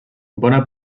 bona